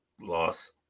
loss